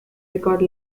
record